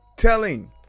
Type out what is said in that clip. Telling